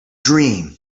dream